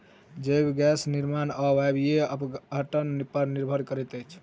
जैव गैस निर्माण अवायवीय अपघटन पर निर्भर करैत अछि